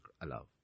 allow